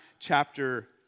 Chapter